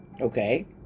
Okay